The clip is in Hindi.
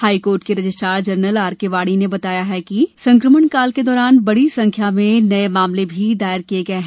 हाईकोर्ट के registrar general R K Vani ने बताया कि संक्रमण काल के दौरान बड़ी संख्या में नए मामले भी दायर किए गए हैं